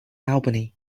albany